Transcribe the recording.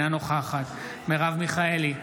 אינה נוכחת מרב מיכאלי,